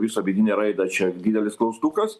visą vidinę raidą čia didelis klaustukas